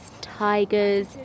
tigers